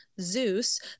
Zeus